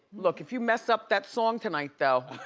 look, if you mess up that song tonight though.